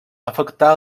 afectà